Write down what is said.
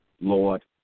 Lord